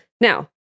Now